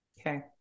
Okay